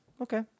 Okay